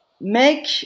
make